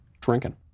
drinking